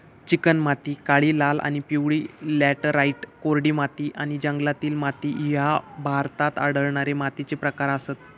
चिकणमाती, काळी, लाल आणि पिवळी लॅटराइट, कोरडी माती आणि जंगलातील माती ह्ये भारतात आढळणारे मातीचे प्रकार आसत